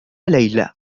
ليلة